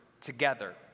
together